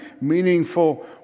meaningful